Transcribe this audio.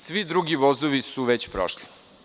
Svi drugi vozovi su već prošli.